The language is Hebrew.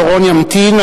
דורון ימתין.